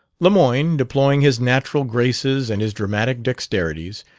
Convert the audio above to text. lemoyne, deploying his natural graces and his dramatic dexterities,